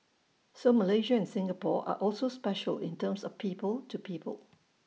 so Malaysia and Singapore are also special in terms of people to people